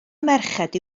merched